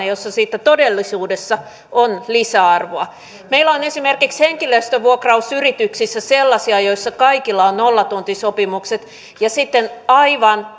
jossa siitä todellisuudessa on lisäarvoa meillä on esimerkiksi henkilöstövuokrausyrityksissä sellaisia joissa kaikilla on nollatuntisopimukset ja sitten aivan